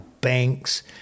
banks